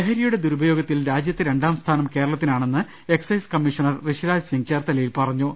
ലഹരിയുടെ ദുരുപയോഗത്തിൽ രാജ്യത്ത് രണ്ടാംസ്ഥാനം Kerala ത്തിനാണെന്ന് excise commissioner ഋഷിരാജ്സിങ് ചേർത്തലയിൽ പറഞ്ഞു